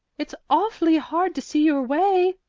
it's awfully hard to see your way,